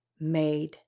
made